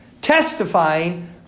testifying